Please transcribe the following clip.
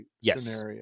Yes